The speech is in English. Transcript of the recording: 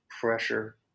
pressure